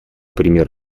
пример